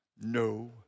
no